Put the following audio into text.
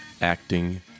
acting